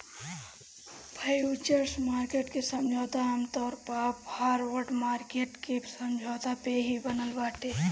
futures market के समझौता आमतौर पअ फॉरवर्ड मार्किट के समझौता पे ही बनल बाटे